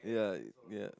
yeah yeah